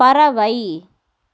பறவை